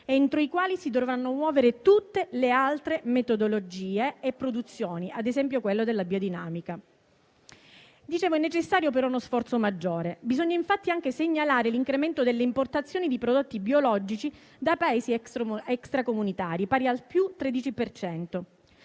entro i quali si dovranno muovere tutte le altre metodologie e produzioni, ad esempio quella della biodinamica. È necessario, però, uno sforzo maggiore, bisogna infatti anche segnalare l'incremento delle importazioni di prodotti biologici da Paesi extracomunitari, pari al più 13